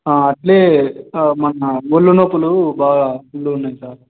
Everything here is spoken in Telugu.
అట్లే మన వొళ్ళు నొప్పులు బాగా ఫుల్గా ఉన్నాయి సార్